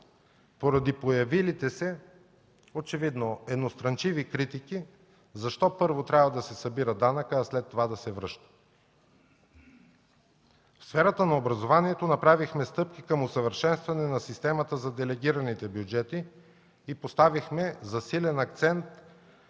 поради появилите се, очевидно едностранчиви, критики защо първо трябва да се събира данъкът, а след това да се връща. В сферата на образованието направихме стъпки към усъвършенстване на системата за делегираните бюджети и поставихме засилен акцент